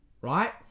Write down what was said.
right